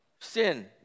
sin